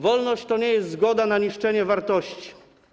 Wolność to nie jest zgoda na niszczenie wartości.